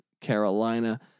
Carolina